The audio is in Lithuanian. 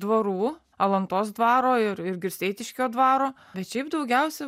dvarų alantos dvaro ir ir girsteitiškio dvaro bet šiaip daugiausia